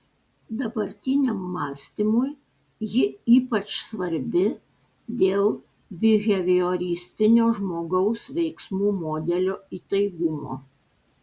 dabartiniam mąstymui ji ypač svarbi dėl bihevioristinio žmogaus veiksmų modelio įtaigumo